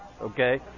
Okay